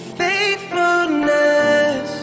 faithfulness